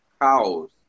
cows